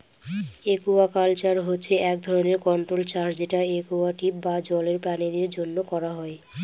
aquaculture হচ্ছে এক ধরনের কন্ট্রোল্ড চাষ যেটা একুয়াটিক বা জলের প্রাণীদের জন্য করা হয়